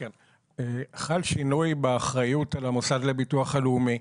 כן, חל שינוי באחריות על המוסד לביטוח הלאומי.